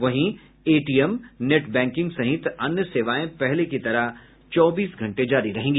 वहीं ATM net banking सहित अन्य सेवाएं पहले की तरह चौबीस घंटे जारी रहेगी